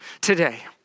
today